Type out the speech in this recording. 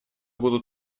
будут